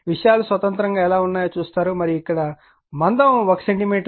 విషయాలు స్వతంత్రంగా ఎలా ఉన్నాయో చూస్తారు మరియు ఇక్కడ ఇది మందం 1 సెంటీమీటర్